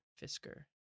fisker